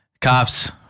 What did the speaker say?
cops